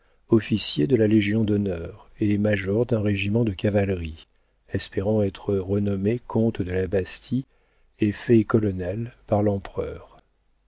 officier de la légion-d'honneur et major d'un régiment de cavalerie espérant être renommé comte de la bastie et fait colonel par l'empereur